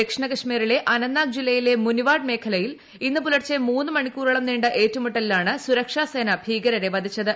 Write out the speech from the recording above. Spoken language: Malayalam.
ദക്ഷിണ കശ്മീരിലെ അനന്ത്നാഗ് ജില്ലയിലെ മുനിവാഡ് മേഖലയിൽ ഇന്ന് പുലർച്ചെ മൂന്നു മണിക്കൂറോളം നീണ്ട ഏറ്റുമുട്ടലിലാണ് സുരക്ഷ സേന ഭീകരരെ വധിച്ചത്